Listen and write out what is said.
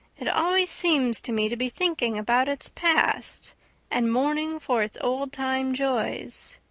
it always seems to me to be thinking about its past and mourning for its old-time joys.